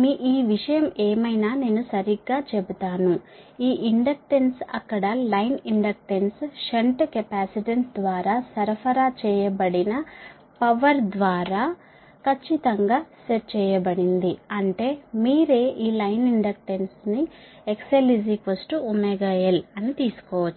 మీ ఈ విషయం ఏమైనా నేను చెబుతాను ఈ ఇండక్టెన్స్ అక్కడ లైన్ ఇండక్టెన్స్ షంట్ కెపాసిటెన్స్ ద్వారా సరఫరా చేయబడిన పవర్ ద్వారా ఖచ్చితం గా సెట్ చేయబడింది అంటే మీరే ఈ లైన్ ఇండక్టెన్స్ XL L